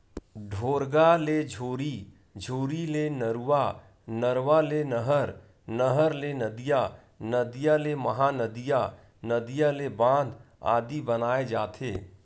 ढोरगा ले झोरी, झोरी ले नरूवा, नरवा ले नहर, नहर ले नदिया, नदिया ले महा नदिया, नदिया ले बांध आदि बनाय जाथे